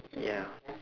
ya